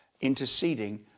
interceding